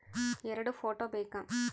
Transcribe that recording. ಎರಡು ಫೋಟೋ ಬೇಕಾ?